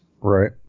Right